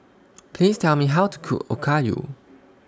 Please Tell Me How to Cook Okayu